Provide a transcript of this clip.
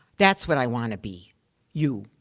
that's what i wanna be you.